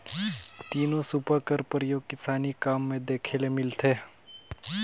तीनो सूपा कर परियोग किसानी काम मे देखे ले मिलथे